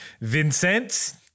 Vincent